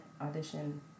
audition